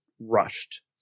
rushed